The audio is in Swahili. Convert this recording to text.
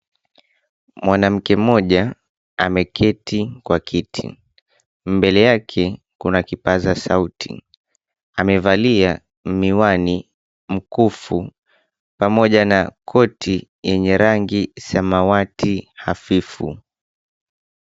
Mwanamke mmoja ameketi kwa kiti. Mbele yake kuna kipaza sauti. Amevalia miwani, mkufu pamoja na koti yenye rangi samawati hafifu.